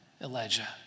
Elijah